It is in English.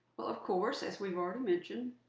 well, of course, as we've already mentioned,